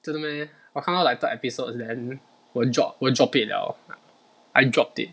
真的 meh 我看到 like third episode then 我 drop 我 drop it 了 I dropped it